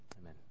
amen